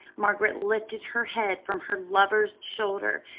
margaret lifted her head from her lover's shoulder,